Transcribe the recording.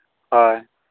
ᱦᱳᱭ